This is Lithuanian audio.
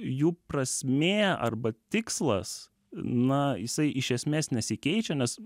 jų prasmė arba tikslas na jisai iš esmės nesikeičia nes